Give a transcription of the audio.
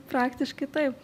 praktiškai taip